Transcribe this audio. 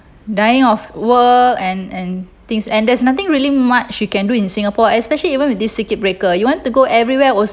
dying of work and and things and there's nothing really much you can do in singapore especially even with this circuit breaker you want to go everywhere also